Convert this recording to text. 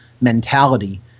mentality